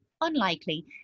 unlikely